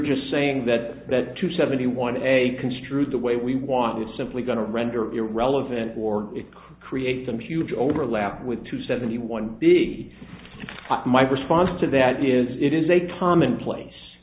just saying that that to seventy one a construed the way we want is simply going to render irrelevant or it creates some huge overlap with two seventy one big my response to that is it is a commonplace